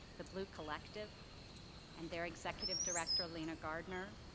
the bluu collective and their executive director, lena gardner.